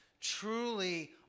truly